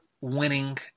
winning